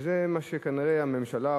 כנראה הממשלה,